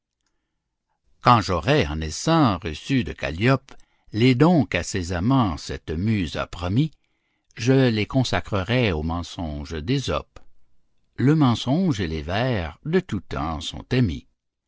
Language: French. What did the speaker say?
quand j'aurais en naissant reçu de calliope les dons qu'à ses amants cette muse a promis je les consacrerais aux mensonges d'ésope le mensonge et les vers de tout temps sont amis